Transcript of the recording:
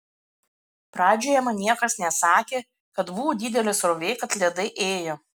pradžioje man niekas nesakė kad buvo didelė srovė kad ledai ėjo